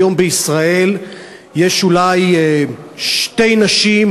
היום בישראל יש אולי שתי נשים,